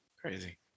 Crazy